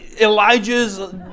Elijah's